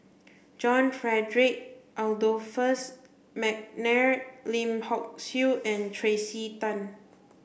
John Frederick Adolphus McNair Lim Hock Siew and Tracey Tan